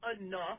enough